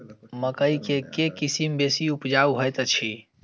मकई केँ के किसिम बेसी उपजाउ हएत अछि?